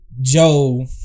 Joe